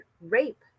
rape